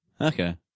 Okay